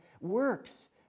works